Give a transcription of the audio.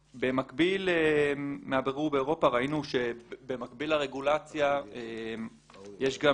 מהבירור באירופה ראינו שבמקביל לרגולציה יש גם